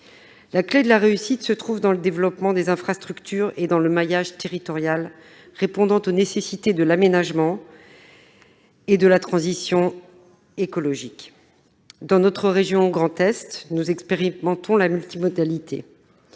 La clé de réussite se trouve dans le développement des infrastructures et dans un maillage territorial répondant aux nécessités de l'aménagement et de la transition écologique. Dans notre région Grand Est, nous expérimentons la multimodalité.